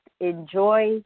enjoy